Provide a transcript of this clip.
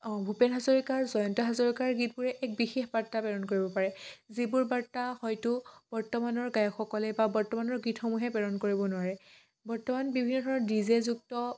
অঁ ভূপেন হাজৰিকাৰ জয়ন্ত হাজৰিকাৰ গীতবোৰে এক বিশেষ বাৰ্তা প্ৰেৰণ কৰিব পাৰে যিবোৰ বাৰ্তা হয়তো বৰ্তমানৰ গায়কসকলে বা বৰ্তমানৰ গীতসমূহে প্ৰেৰণ কৰিব নোৱাৰে বৰ্তমান বিভিন্ন ধৰণৰ ডি জেযুক্ত